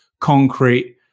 concrete